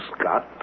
Scott